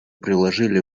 приложили